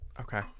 Okay